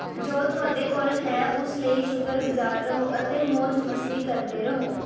ਜੋ ਤੁਹਾਡੇ ਕੋਲ ਹੈ ਉਸ ਲਈ ਸ਼ੁਕਰਗੁਜ਼ਾਰ ਰਹੋ ਅਤੇ ਮੌਜ ਮਸਤੀ ਕਰਦੇ ਰਹੋ